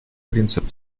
принцип